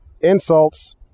insults